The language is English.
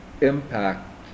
impact